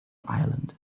island